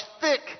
thick